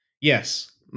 yes